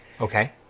Okay